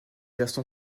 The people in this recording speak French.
version